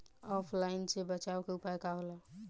ऑफलाइनसे बचाव के उपाय का होला?